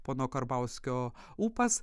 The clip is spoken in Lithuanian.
pono karbauskio ūpas